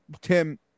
Tim